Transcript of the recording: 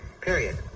Period